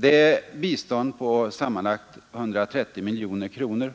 Det bistånd på sammanlagt 130 miljoner kronor,